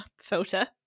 filter